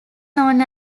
known